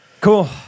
Cool